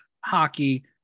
hockey